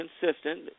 consistent